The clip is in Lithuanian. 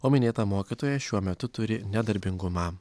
o minėta mokytoja šiuo metu turi nedarbingumą